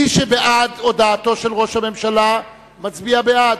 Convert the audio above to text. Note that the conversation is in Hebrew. מי שבעד הודעתו של ראש הממשלה מצביע בעד.